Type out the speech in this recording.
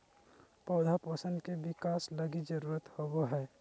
पौधा पोषण के बिकास लगी जरुरत होबो हइ